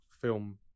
film